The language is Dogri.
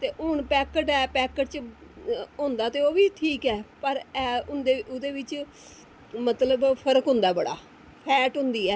ते हून पैकेट ऐ ते पैकेट च होंदा ते ओह्बी ठीक ऐ पर ऐ होंदा ओह्दे बिच मतलब फर्क होंदा बड़ा फैट होंदी ऐ